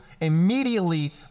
Immediately